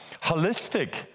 Holistic